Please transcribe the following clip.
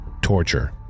torture